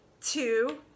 Two